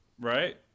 Right